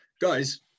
guys